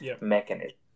mechanism